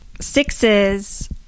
sixes